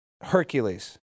Hercules